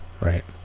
right